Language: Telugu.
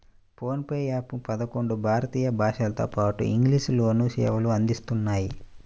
ఫోన్ పే యాప్ పదకొండు భారతీయ భాషలతోపాటు ఇంగ్లీష్ లోనూ సేవలు అందిస్తున్నాయి